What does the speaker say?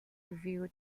review